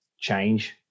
change